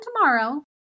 tomorrow